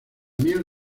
miel